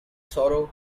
sorrow